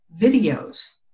videos